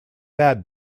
bad